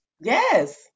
Yes